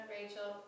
Rachel